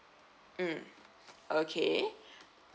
mm okay